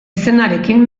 izenarekin